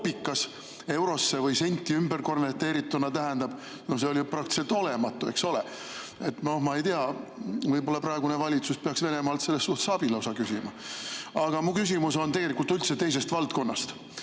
eurosse või senti konverteerituna tähendab, siis see [hind] oli praktiliselt olematu, eks ole. No ma ei tea, võib-olla praegune valitsus peaks Venemaalt selles suhtes lausa abi küsima. Aga mu küsimus on tegelikult üldse teisest valdkonnast.